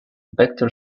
vector